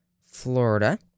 Florida